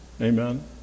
Amen